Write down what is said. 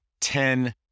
Ten